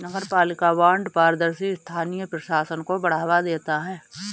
नगरपालिका बॉन्ड पारदर्शी स्थानीय प्रशासन को बढ़ावा देते हैं